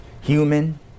Human